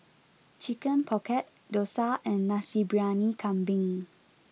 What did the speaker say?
Chicken Pocket Dosa and Nasi Briyani Kambing